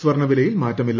സ്വർണവിലയിൽ മാറ്റമില്ല